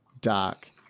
dark